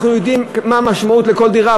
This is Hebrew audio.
אנחנו יודעים מה המשמעות של זה לכל דירה.